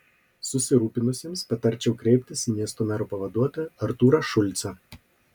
susirūpinusiesiems patarčiau kreiptis į miesto mero pavaduotoją artūrą šulcą